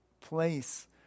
place